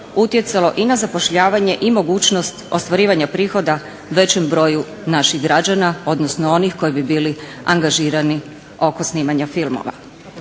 utjecalo i na zapošljavanje i mogućnost ostvarivanja prihoda većem broju naših građana, odnosno onih koji bi bili angažirani oko snimanja filmova.